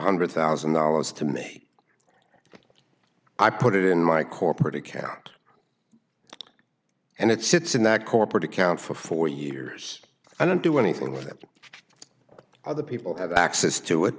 hundred thousand dollars to me i put it in my corporate account and it sits in that corporate account for four years i don't do anything with it other people have access to it